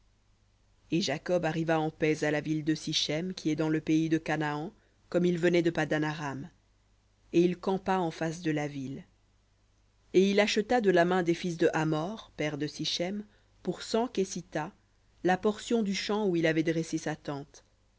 et jacob arriva en paix à la ville de sichem qui est dans le pays de canaan comme il venait de paddan aram et il campa en face de la ville et il acheta de la main des fils de hamor père de sichem pour cent kesitas la portion du champ où il avait dressé sa tente